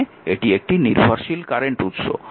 তার মানে এটি একটি নির্ভরশীল কারেন্ট উৎস